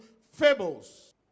fables